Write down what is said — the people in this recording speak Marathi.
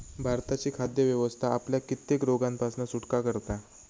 भारताची खाद्य व्यवस्था आपल्याक कित्येक रोगांपासना सुटका करता